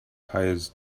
hires